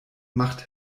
macht